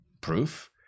proof